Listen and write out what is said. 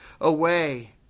away